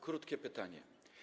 Krótkie pytanie.